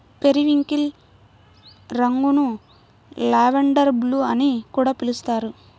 periwinkle రంగును lavender blue అని కూడా పిలుస్తారు